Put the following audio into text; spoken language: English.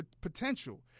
potential